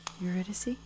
Eurydice